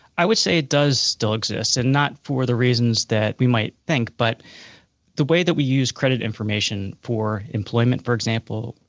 i would say it does still exist. and not for the reasons that we might think, but the way that we use credit information for employment, for example,